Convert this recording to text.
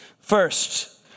First